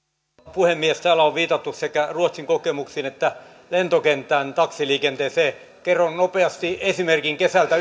puhemies täällä on viitattu sekä ruotsin kokemuksiin että lentokentän taksiliikenteeseen kerron nopeasti esimerkin kesältä